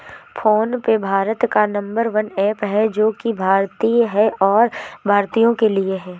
phone पे भारत का number one app है जो की भारतीय है और भारतीयों के लिए है